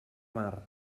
mar